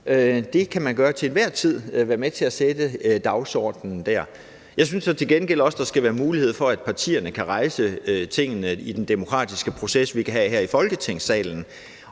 Man kan til enhver tid være med til at sætte dagsordenen der. Jeg synes så til gengæld også, der skal være mulighed for, at partierne kan rejse tingene i den demokratiske proces, vi kan have her i Folketingssalen,